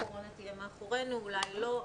הקורונה תהיה מאחורינו, אולי לא.